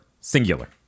singular